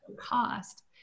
cost